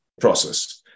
process